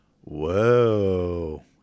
Whoa